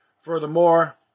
Furthermore